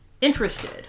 interested